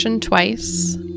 twice